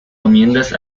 enmiendas